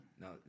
No